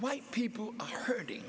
white people hurting